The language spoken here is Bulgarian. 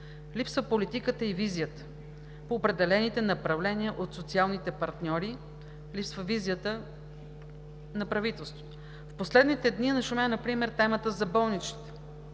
липсват политиката и визията по определените направления от социалните партньори, липсва визията на правителството. В последните дни нашумя например темата за болничните